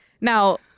now